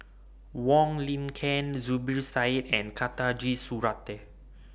Wong Lin Ken Zubir Said and Khatijah Surattee